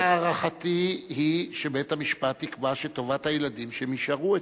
הערכתי היא שבית-המשפט יקבע שטובת הילדים שהם יישארו אצל,